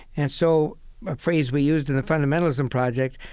and so a phrase we used in the fundamentalism project,